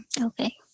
Okay